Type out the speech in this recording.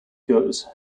goes